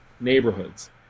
neighborhoods